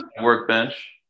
workbench